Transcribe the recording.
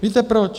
Víte proč?